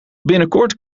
binnenkort